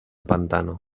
pantano